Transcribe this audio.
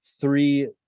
three